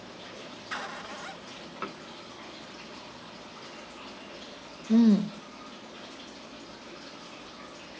mm